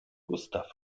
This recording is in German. gustav